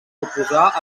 oposar